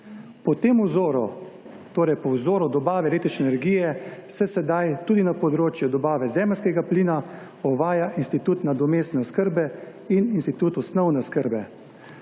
Po tem vzoru, torej po vzoru dobave električne energije se sedaj tudi na področju dobave zemeljskega plina uvaja institut nadomestne oskrbe in institut osnovne oskrbe.